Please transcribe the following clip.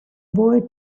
boy